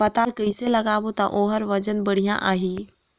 पातल कइसे लगाबो ता ओहार वजन बेडिया आही?